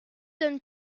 donne